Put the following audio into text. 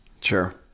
Sure